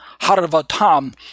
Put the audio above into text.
Harvatam